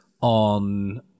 on